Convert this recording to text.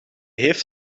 heeft